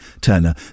Turner